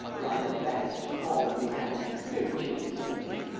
lies a vast. fallen land. spiritually tainted.